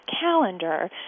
calendar